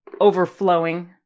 overflowing